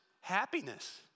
happiness